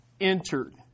entered